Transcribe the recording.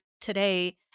today